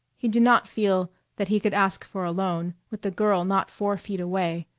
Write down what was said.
he did not feel that he could ask for a loan with the girl not four feet away,